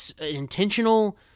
intentional